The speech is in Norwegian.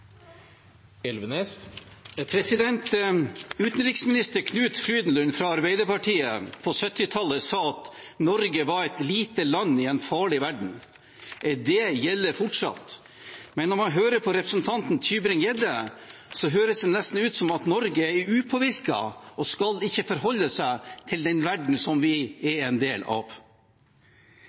Utenriksminister Knut Frydenlund fra Arbeiderpartiet sa på 1970-tallet at Norge var et lite land i en farlig verden. Det gjelder fortsatt. Men når man hører på representanten Tybring-Gjedde, høres det nesten ut som om Norge er upåvirket og ikke skal forholde seg til den verdenen som vi er en del av.